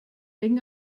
wegen